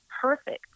perfect